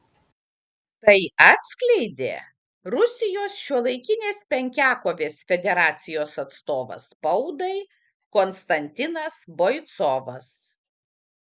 tai atskleidė rusijos šiuolaikinės penkiakovės federacijos atstovas spaudai konstantinas boicovas